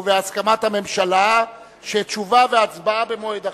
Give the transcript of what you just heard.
ובהסכמת הממשלה, שתשובה והצבעה במועד אחר.